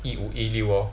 一五一六 lor